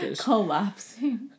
Collapsing